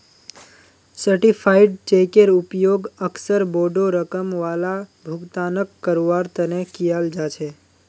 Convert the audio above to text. certified चेकेर उपयोग अक्सर बोडो रकम वाला भुगतानक करवार तने कियाल जा छे